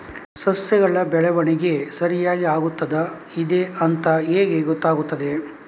ಸಸ್ಯಗಳ ಬೆಳವಣಿಗೆ ಸರಿಯಾಗಿ ಆಗುತ್ತಾ ಇದೆ ಅಂತ ಹೇಗೆ ಗೊತ್ತಾಗುತ್ತದೆ?